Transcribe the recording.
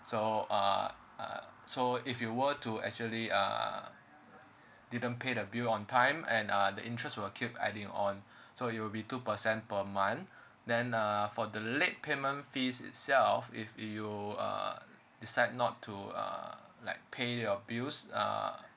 so uh uh so if you were to actually uh didn't pay the bill on time and uh the interest will keep adding on so it will be two percent per month then uh for the late payment fees itself if you uh decide not to uh like pay your bills uh